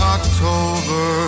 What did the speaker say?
October